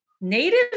Native